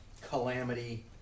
calamity